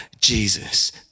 Jesus